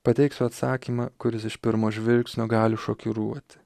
pateiksiu atsakymą kuris iš pirmo žvilgsnio gali šokiruoti